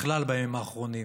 בכלל בימים האחרונים,